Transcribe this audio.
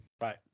Right